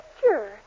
picture